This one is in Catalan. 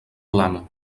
plana